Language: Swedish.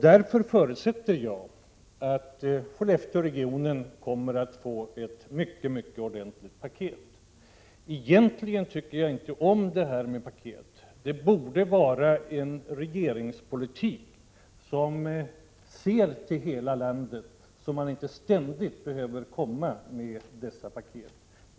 Därför förutsätter jag att Skellefteregionen kommer att få ett mycket ordentligt paket. Egentligen tycker jag inte om det här med paket. Det borde vara en regeringspolitik som ser till hela landet, så att man inte ständigt behöver komma med dessa paket.